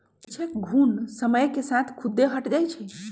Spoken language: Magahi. कुछेक घुण समय के साथ खुद्दे हट जाई छई